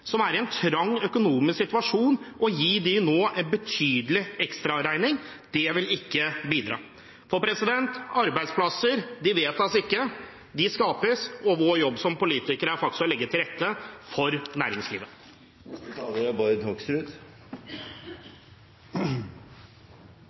som er i en trang økonomisk situasjon, å gi dem en betydelig ekstraregning. Det vil ikke bidra. For arbeidsplasser vedtas ikke; de skapes. Og vår jobb som politikere er faktisk å legge til rette for næringslivet.